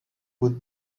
would